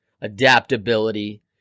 adaptability